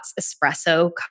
espresso